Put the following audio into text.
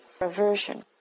aversion